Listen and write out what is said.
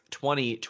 twenty